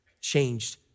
changed